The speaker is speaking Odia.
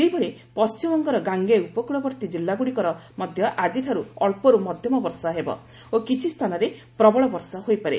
ସେହିଭଳି ପଣ୍ଟିମବଙ୍ଗର ଗାଙ୍ଗେୟ ଉପକୂଳବର୍ତ୍ତୀ କିଲ୍ଲାଗୁଡ଼ିକର ମଧ୍ୟ ଆଜିଠାରୁ ଅଞ୍ଚରୁ ମଧ୍ୟମ ବର୍ଷା ହେବ ଓ କିଛି ସ୍ଥାନରେ ପ୍ରବଳ ବର୍ଷା ହୋଇପାରେ